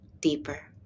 deeper